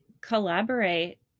collaborate